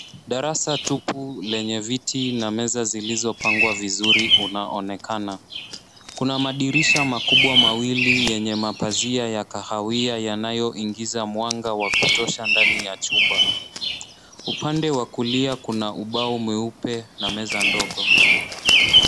Darasa tupu lenye viti na meza zilizopangwa vizuri unaonekana. Kuna madirisha makubwa mawili yenye mapazia ya kahawia yanayoingiza mwanga wa kutosha ndani ya chumba. Upande wa kulia kuna ubao mweupe na meza ndogo.